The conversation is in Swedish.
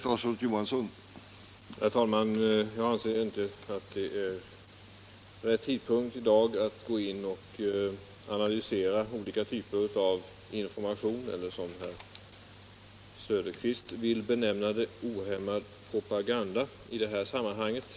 Herr talman! Jag anser inte att det i dag är rätt tidpunkt att gå in och analysera olika typer av information, eller som herr Söderqvist vill benämna det ohämmad propaganda.